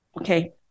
okay